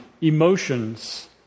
emotions